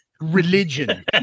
religion